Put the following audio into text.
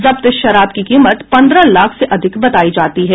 जब्त शराब की कीमत पन्द्रह लाख से अधिक बतायी जाती है